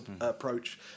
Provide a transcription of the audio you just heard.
approach